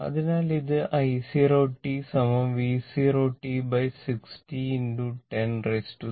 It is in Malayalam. അതിനാൽ ഇത് i 0 t V 0 t 60 10 3